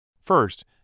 First